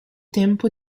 tempo